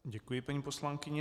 Děkuji, paní poslankyně.